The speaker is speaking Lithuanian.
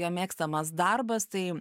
jo mėgstamas darbas tai